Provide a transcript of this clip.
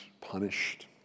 punished